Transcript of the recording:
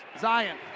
Zion